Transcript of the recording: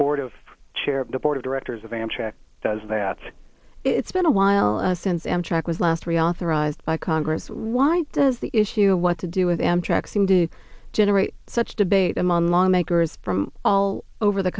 board of chair of the board of directors of amtrak does that's it's been a while since amtrak was last reauthorized by congress why does the issue what to do with amtrak seem to generate such debate among lawmakers from all over the